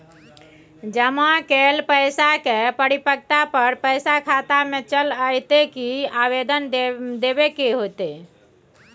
जमा कैल पैसा के परिपक्वता पर पैसा खाता में चल अयतै की आवेदन देबे के होतै?